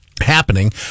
happening